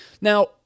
Now